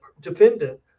defendant